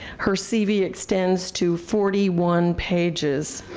her cv extends to forty one pages.